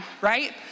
Right